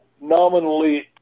Nominally